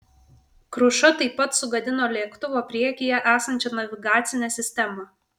kruša taip pat sugadino lėktuvo priekyje esančią navigacinę sistemą